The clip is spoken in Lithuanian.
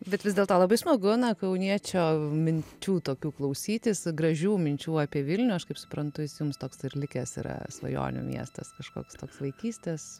bet vis dėlto labai smagu na kauniečio minčių tokių klausytis gražių minčių apie vilnių aš kaip suprantu jis jums toks ir likęs yra svajonių miestas kažkoks toks vaikystės